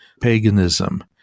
paganism